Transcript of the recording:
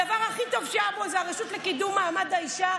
הדבר הכי טוב שהיה בו זה הרשות לקידום מעמד האישה,